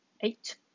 eight